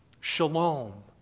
Shalom